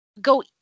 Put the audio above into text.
Go